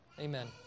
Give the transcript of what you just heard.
Amen